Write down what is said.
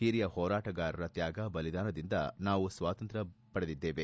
ಹಿರಿಯ ಹೋರಾಟಗಾರರ ತ್ಯಾಗ ಬಲಿದಾನದಿಂದ ನಾವು ಸ್ವಾತಂತ್ರ್ಯ ಭಾರತದಲ್ಲಿದ್ದೇವೆ